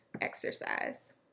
exercise